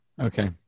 Okay